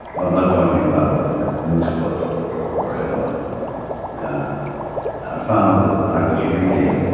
i'm not talking about news clips or, or headlines and i found that i was reading,